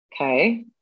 Okay